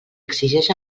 exigeix